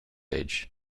age